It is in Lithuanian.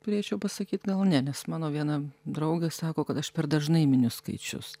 turėčiau pasakyt gal ne nes mano viena draugė sako kad aš per dažnai miniu skaičius